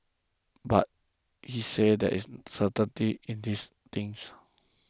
but he said there is certainty in these things